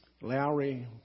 Lowry